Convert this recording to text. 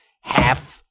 half